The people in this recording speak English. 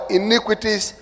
iniquities